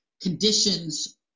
conditions